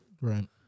Right